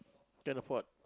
can afford